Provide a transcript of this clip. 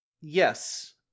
Yes